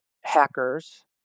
hackers